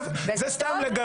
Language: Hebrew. וזה טוב?